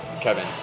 Kevin